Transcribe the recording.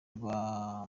rwa